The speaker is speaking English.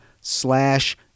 slash